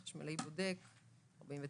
חשמלאי בודק - 49.